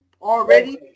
already